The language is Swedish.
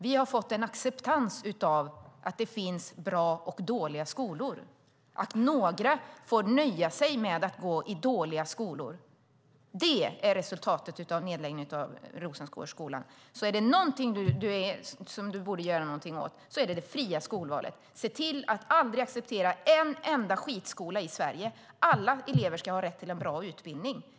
Vi har fått en acceptans av att det finns bra och dåliga skolor och att några får nöja sig med att gå i dåliga skolor. Det är resultatet av nedläggningen av Rosengårdsskolan. Är det någonting du borde göra någonting åt är det detta fria skolval. Se till att aldrig acceptera en enda skitskola i Sverige! Alla elever ska ha rätt till en bra utbildning.